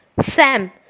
Sam